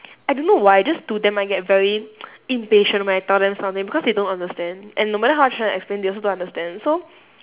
I don't know why just to them I get very impatient when I tell them something because they don't understand and no matter how I try to explain they also don't understand so